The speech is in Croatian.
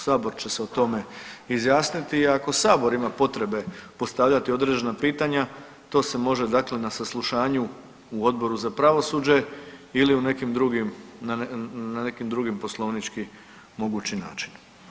Sabor će se o tome izjasniti, ako sabor ima potrebe postavljati određena pitanja to se može dakle na saslušanju u Odboru za pravosuđe ili u nekim drugim, na nekim drugim poslovnički mogući način.